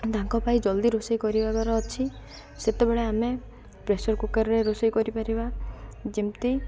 ତାଙ୍କ ପାଇଁ ଜଲ୍ଦି ରୋଷେଇ କରିବାର ଅଛି ସେତେବେଳେ ଆମେ ପ୍ରେସର୍ କୁକର୍ରେ ରୋଷେଇ କରିପାରିବା ଯେମିତି